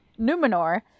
numenor